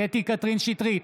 קטי קטרין שטרית,